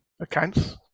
accounts